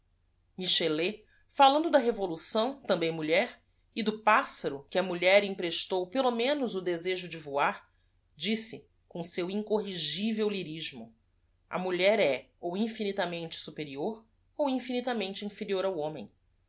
ichelet falando da evolução também mulher e do ássaro que à mulher emprestou pelo menos o desejo de voar disse com o seu incorregivel lyrismo a mulher é ou infinitamente superior ou infinitamente inferior ao homem